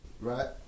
right